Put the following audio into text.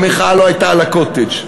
המחאה לא הייתה על הקוטג'.